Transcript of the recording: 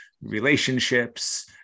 relationships